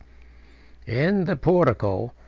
in the portico,